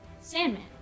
Sandman